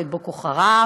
ואת "בוקו חראם",